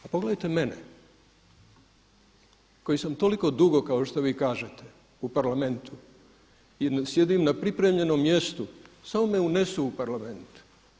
A pogledajte mene koji sam toliko dugo kao što vi kažete u Parlamentu i sjedim na pripremljenom mjestu, samo me unesu u Parlament.